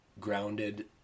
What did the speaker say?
grounded